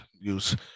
use